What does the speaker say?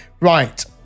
Right